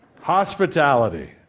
Hospitality